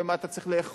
ומה אתה צריך לאכול,